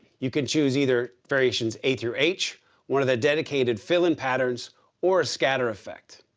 you can choose either variations eight through each one of the dedicated fill-in patterns or scatter effect.